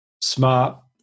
Smart